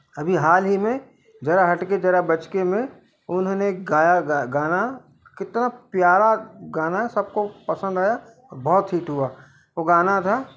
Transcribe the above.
अभी हाल ही में जरा हटके जरा बचके में उन्होंने गाया गाना कितना प्यारा गाना सबको पसंद आया और बहुत हिट हुआ वो गाना था